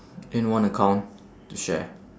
in one account to share